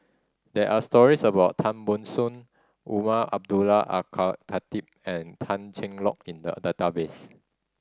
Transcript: there are stories about Tan Ban Soon Umar Abdullah Al Khatib and Tan Cheng Lock in the database